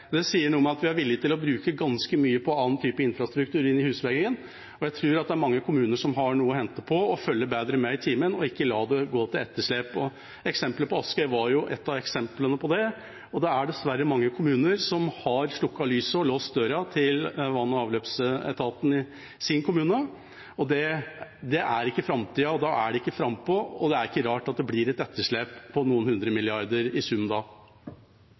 Det sier noe om at vi er villige til å bruke ganske mye på andre typer infrastruktur inn til husveggen, og jeg tror at det er mange kommuner som har noe å hente på å følge bedre med i timen og ikke la det gå til etterslep. Askøy er ett av eksemplene på det, og det er dessverre mange kommuner som har slukket lyset og låst døra til vann- og avløpsetaten i sin kommune. Det er ikke framtida, og da er det ikke frampå, og det er ikke rart at det blir et etterslep på noen hundre milliarder i